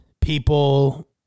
people